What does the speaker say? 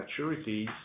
maturities